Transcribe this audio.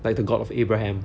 like the god of abraham